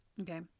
Okay